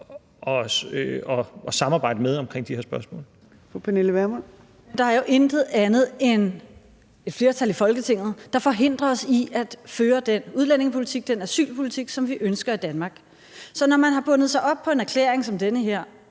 Kl. 14:27 Pernille Vermund (NB): Der er jo intet andet end et flertal i Folketinget, der forhindrer os i at føre den udlændingepolitik, den asylpolitik, som vi ønsker i Danmark. Så når man har bundet sig op på en erklæring som den her,